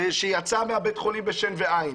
שיצא מבית החולים בשן ועין.